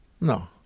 No